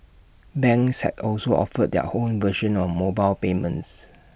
banks have also offered their own version of mobile payments